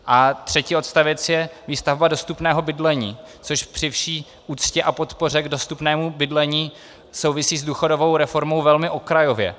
A třetí odstavec je výstavba dostupného bydlení, což při vší úctě a podpoře k dostupnému bydlení souvisí s důchodovou reformou velmi okrajově.